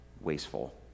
wasteful